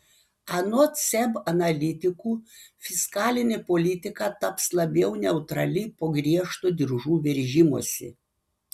anot seb analitikų fiskalinė politika taps labiau neutrali po griežto diržų veržimosi